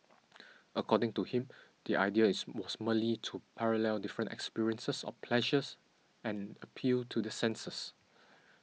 according to him the idea was merely to parallel different experiences of pleasures and appeal to the senses